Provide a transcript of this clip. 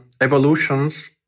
evolutions